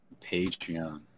Patreon